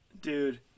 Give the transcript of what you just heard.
Dude